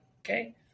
okay